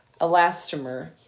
elastomer